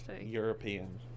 European